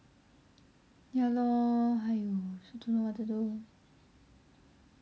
ya lor !haiyo! also don't know what to do